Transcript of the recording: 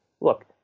look